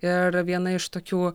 ir viena iš tokių